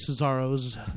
Cesaro's